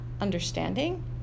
understanding